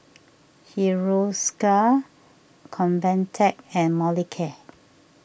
Hiruscar Convatec and Molicare